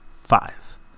five